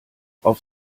auf